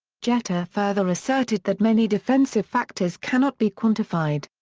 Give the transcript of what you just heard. jeter further asserted that many defensive factors cannot be quantified.